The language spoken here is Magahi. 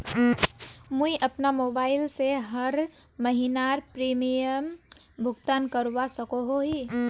मुई अपना मोबाईल से हर महीनार प्रीमियम भुगतान करवा सकोहो ही?